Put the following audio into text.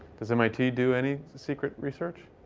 does mit do any secret research?